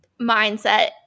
mindset